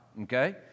Okay